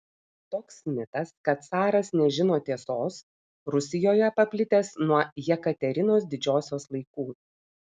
toks mitas kad caras nežino tiesos rusijoje paplitęs nuo jekaterinos didžiosios laikų